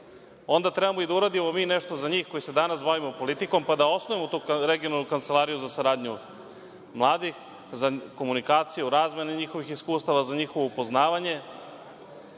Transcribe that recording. onda treba da uradimo i mi nešto za njih, koji se danas bavimo politikom pa da osnujemo tu regionalnu kancelariju za saradnju mladih za komunikaciju, razvoj njihovih iskustava, za njihovo upoznavanje